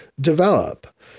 develop